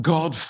God